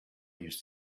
used